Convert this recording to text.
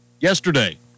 Yesterday